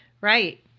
Right